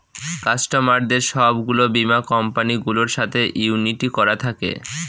কাস্টমারদের সব গুলো বীমা কোম্পানি গুলোর সাথে ইউনিটি ঠিক করা থাকে